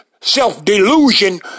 self-delusion